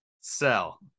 Sell